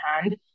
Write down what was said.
hand